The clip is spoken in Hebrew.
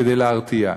כדי להרתיע.